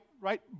right